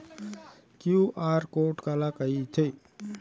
QR code काला कहिथे?